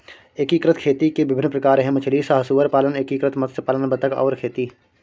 एकीकृत खेती के विभिन्न प्रकार हैं मछली सह सुअर पालन, एकीकृत मत्स्य पालन बतख और खेती